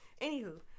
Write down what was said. anywho